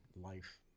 life